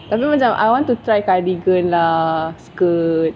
tapi macam I want to try cardigan lah skirt